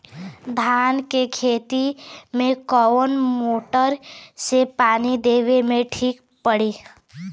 धान के खेती मे कवन मोटर से पानी देवे मे ठीक पड़ी?